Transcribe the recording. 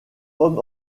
homme